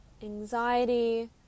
anxiety